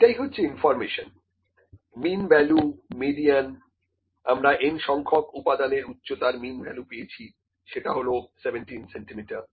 এইটাই হচ্ছে information mean value median আমরা n সংখ্যক উপাদান এর উচ্চতার মিন ভ্যালু পেয়েছি সেটা হল 17 সেন্টিমিটার